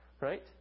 right